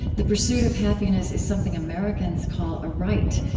the pursuit of happiness is something americans call a right,